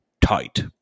tight